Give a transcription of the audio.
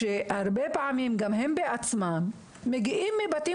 שהרבה פעמים גם הם עצמם מגיעים מבתים